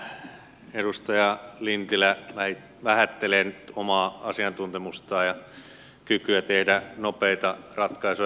kyllä edustaja lintilä vähättelee nyt omaa asiantuntemustaan ja kykyään tehdä nopeita ratkaisuja